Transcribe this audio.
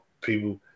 people